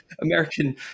American